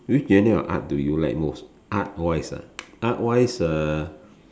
which genre of art do you like most art wise ah art wise uh